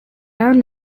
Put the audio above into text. hano